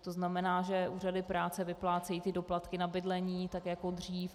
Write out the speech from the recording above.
To znamená, že úřady práce vyplácejí doplatky na bydlení tak jako dřív.